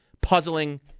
puzzling